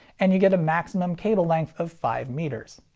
and you get a maximum cable length of five meters.